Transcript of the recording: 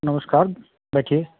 नमस्कार बैठिए